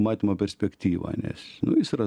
matymo perspektyva nes nu jis yra